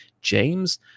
James